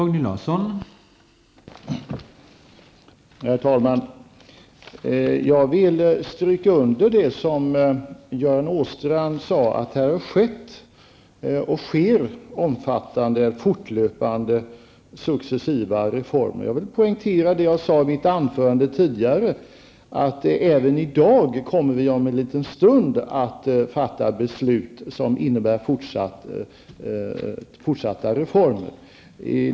Herr talman! jag vill stryka under det Göran Åstrand sade, att det har skett och sker fortlöpande omfattande och successiva reformer. Jag vill poängtera det jag sade i mitt anförande tidigare, nämligen att vi även i dag om en liten stund kommer att fatta beslut som innebär fortsatta reformer.